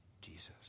Jesus